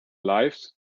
lives